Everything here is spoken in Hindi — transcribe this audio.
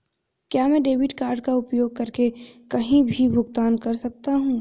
क्या मैं डेबिट कार्ड का उपयोग करके कहीं भी भुगतान कर सकता हूं?